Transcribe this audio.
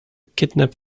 kidnap